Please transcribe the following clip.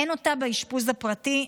אין אותה באשפוז הפרטי.